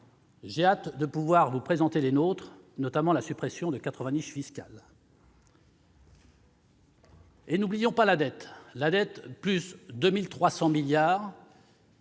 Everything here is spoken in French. j'ai hâte de pouvoir vous présenter les nôtres, notamment la suppression de quatre-vingts niches fiscales. N'oublions pas la dette, qui s'élève à plus de 2 300 milliards